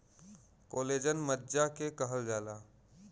collagen मज्जा के कहल जाला